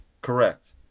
correct